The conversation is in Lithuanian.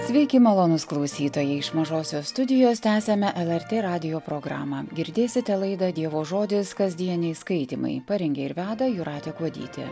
sveiki malonūs klausytojai iš mažosios studijos tęsiame lrt radijo programą girdėsite laidą dievo žodis kasdieniai skaitymai parengė ir veda jūratė kuodytė